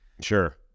Sure